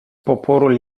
poporul